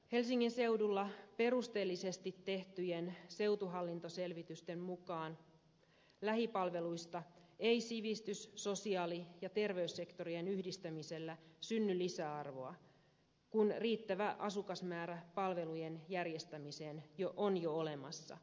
helsingin seudulla perusteellisesti tehtyjen seutuhallintoselvitysten mukaan lähipalveluista ei sivistys sosiaali ja terveyssektoreiden yhdistämisellä synny lisäarvoa kun riittävä asukasmäärä palvelujen järjestämiseen on jo olemassa